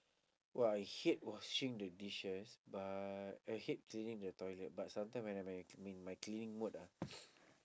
!wah! I hate washing the dishes but I hate cleaning the toilet but sometime when I'm in in my cleaning mode ah